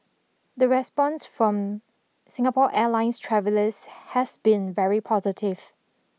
the response from Singapore Airlines travellers has been very positive